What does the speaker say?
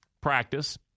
practice